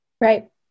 Right